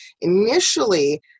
Initially